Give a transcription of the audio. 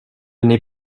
n’ai